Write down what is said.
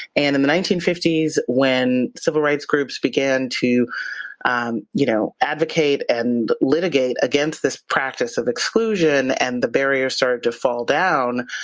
and in the nineteen fifty s when civil rights groups began to and you know advocate and litigate against this practice. of exclusion, and the barrier started to fall down.